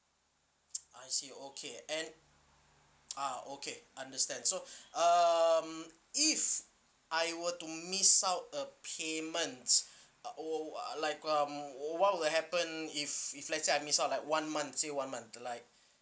I see okay and ah okay understand so um if I were to miss out a payment uh oh uh like um what will happen if if let's say I miss out like one month say one month like